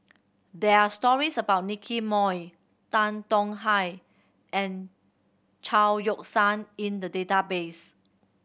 there are stories about Nicky Moey Tan Tong Hye and Chao Yoke San in the database